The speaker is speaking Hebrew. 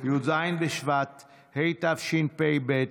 י"ז בשבט התשפ"ב,